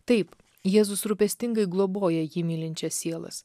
taip jėzus rūpestingai globoja jį mylinčias sielas